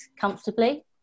comfortably